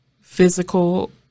physical